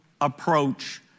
approach